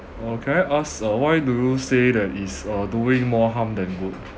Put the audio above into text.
uh can I ask uh why do you say that it's uh doing more harm than good